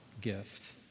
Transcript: gift